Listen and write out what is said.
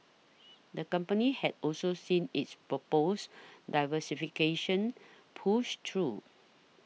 the company has also seen its proposed diversification pushed through